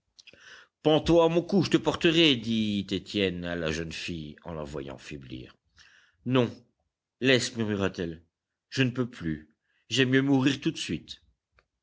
à mon cou je te porterai dit étienne à la jeune fille en la voyant faiblir non laisse murmura-t-elle je ne peux plus j'aime mieux mourir tout de suite